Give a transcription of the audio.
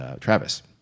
Travis